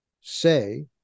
say